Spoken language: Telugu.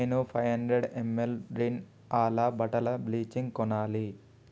నేను ఫైవ్ హండ్రెడ్ ఎంఎల్ రిన్ ఆలా బట్టల బ్లీచింగ్ కొనాలి